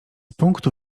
punktu